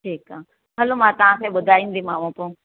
ठीकु आहे हलो मां तव्हांखे ॿुधाईंदीमांव पोइ